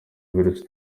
virusi